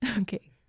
Okay